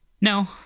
No